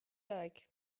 like